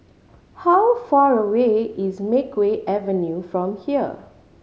how far away is Makeway Avenue from here